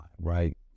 right